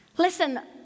Listen